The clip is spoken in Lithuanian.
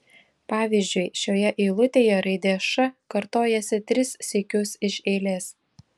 pavyzdžiui šioje eilutėje raidė š kartojasi tris sykius iš eilės